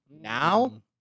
Now